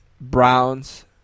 Browns